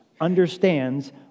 understands